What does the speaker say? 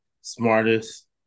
smartest